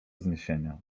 zniesienia